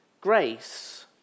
Grace